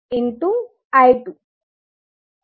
તમે બધાં ઇમ્પીડન્સનો સરવાળો કરશો તો તે s53sબનશે